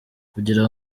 kugira